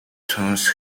tunes